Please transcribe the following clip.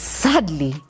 sadly